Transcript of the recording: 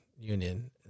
union